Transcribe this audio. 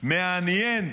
מעניין,